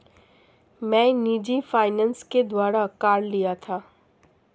मैं निजी फ़ाइनेंस के द्वारा कार लिया था